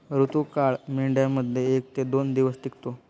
ऋतुकाळ मेंढ्यांमध्ये एक ते दोन दिवस टिकतो